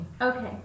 Okay